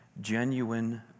genuine